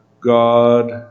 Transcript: God